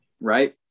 Right